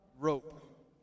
rope